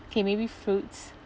okay maybe fruits